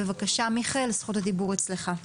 בבקשה מיכאל זכות הדיבור אצלך.